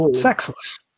sexless